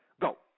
Go